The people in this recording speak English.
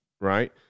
right